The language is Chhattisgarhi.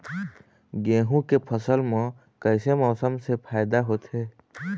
गेहूं के फसल म कइसे मौसम से फायदा होथे?